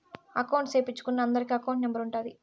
account సేపిచ్చుకున్నా అందరికి account number ఉంటాది